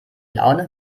laune